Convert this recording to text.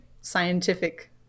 scientific